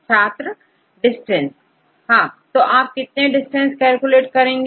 छात्र डिस्टेंस तो आप कितने डिस्टेंस कैलकुलेट करेंगे